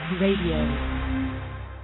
Radio